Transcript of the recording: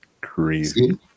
Crazy